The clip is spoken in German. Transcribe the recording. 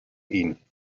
ihn